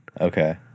Okay